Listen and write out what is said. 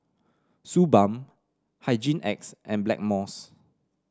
Suu Balm Hygin X and Blackmores